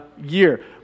year